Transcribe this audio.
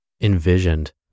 Envisioned